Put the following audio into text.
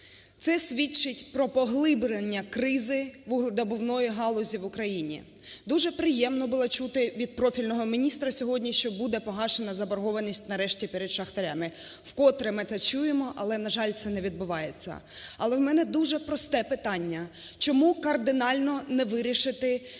Це свідчить про поглиблення кризи вугледобувної галузі в Україні. Дуже приємно було чути від профільного міністра сьогодні, що буде погашена заборгованість нарешті перед шахтарями. Вкотре ми це чуємо, але, на жаль, це не відбувається. Але в мене дуже просте питання: чому кардинально не вирішити цю